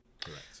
Correct